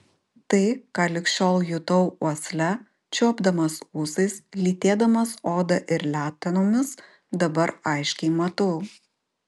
tai ką lig šiol jutau uosle čiuopdamas ūsais lytėdamas oda ir letenomis dabar aiškiai matau